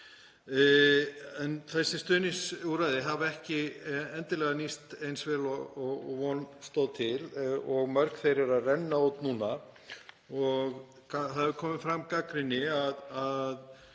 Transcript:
Þessi stuðningsúrræði hafa ekki endilega nýst eins vel og von stóð til og mörg þeirra eru að renna út núna. Það hefur komið fram sú gagnrýni með